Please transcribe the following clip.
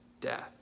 death